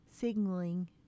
signaling